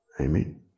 Amen